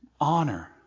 Honor